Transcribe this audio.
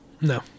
No